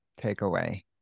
takeaway